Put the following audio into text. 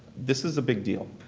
this is a big deal.